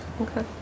Okay